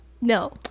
No